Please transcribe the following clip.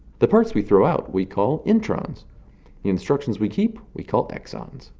the parts we throw out, we call introns. the instructions we keep, we call exons.